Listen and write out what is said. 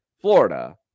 Florida